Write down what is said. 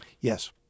Yes